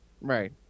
Right